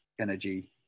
energy